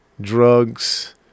drugs